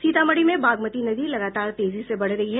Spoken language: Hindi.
सीतामढ़ी में बागमती नदी लगातार तेजी से बढ़ रही है